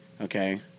Okay